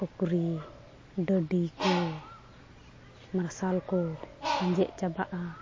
ᱯᱩᱠᱷᱨᱤ ᱰᱟᱹᱰᱤᱠᱚ ᱢᱟᱨᱥᱟᱞ ᱠᱚ ᱟᱸᱡᱮᱫ ᱪᱟᱵᱟᱼᱟ